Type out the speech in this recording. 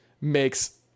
makes